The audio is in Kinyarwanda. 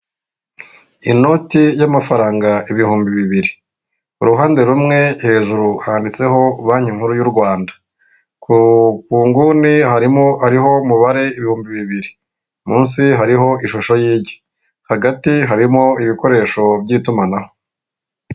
Inoti y'amafaranga ibihumbi bibiri ruhande rumwe hejuru handitseho banki nkuru y'u Rwanda ko nguni harimo hariho umubare ibihumbi bibiri. Munsi hariho ishusho y'igi hagati harimo ibikoresho by'itumanaho.